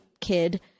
kid